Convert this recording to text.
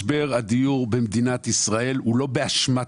משבר הדיור במדינת ישראל הוא לא באשמת